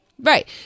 Right